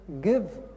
give